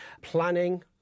planning